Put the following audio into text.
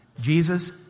Jesus